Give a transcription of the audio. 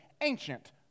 ancient